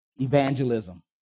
Evangelism